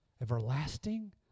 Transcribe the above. everlasting